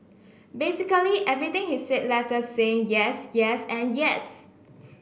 basically everything he said left us saying yes yes and yes